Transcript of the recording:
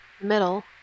middle